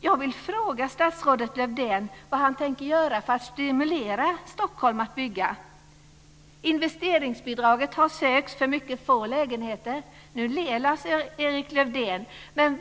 Jag vill fråga statsrådet Lövdén vad han tänker göra för att stimulera byggandet i Stockholm. Investeringsbidrag söks för mycket få lägenheter.